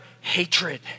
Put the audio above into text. hatred